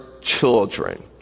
children